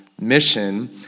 mission